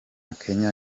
kenya